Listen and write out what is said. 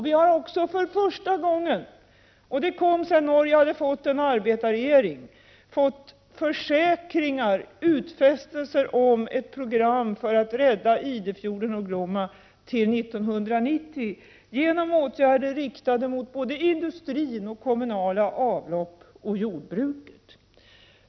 Vi har också för första gången, och det hände sedan Norge hade fått en arbetarregering, fått utfästelser om ett program för att rädda Idefjorden och Glomma till 1990 genom åtgärder riktade mot såväl industrin som kommunala avlopp och jordbruket.